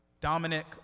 dominic